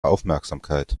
aufmerksamkeit